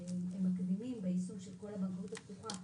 שהם מקדימים ביישום של כל הבנקאות הפתוחה,